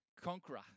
conqueror